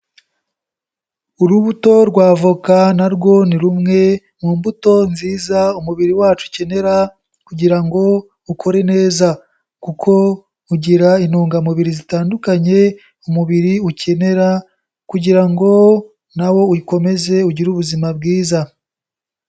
Urubuto rwavoka narwo ni rumwe mu mbuto nziza umubiri wacu ukenera kugira ngo ukore neza kuko rugira intungamubiri zitandukanye umubiri ukenera kugira ngo nawo ukomeze ugire ubuzima bwiza.